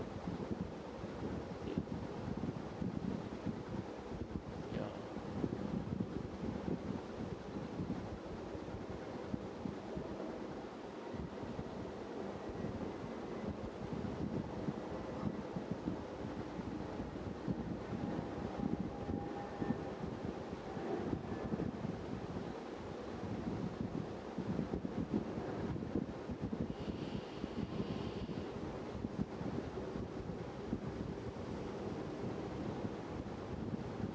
ya